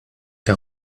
der